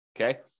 Okay